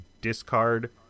discard